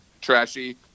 trashy